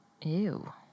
Ew